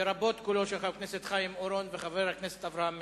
לרבות קולותיהם של חבר הכנסת חיים אורון וחבר הכנסת אברהם מיכאלי,